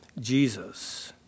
Jesus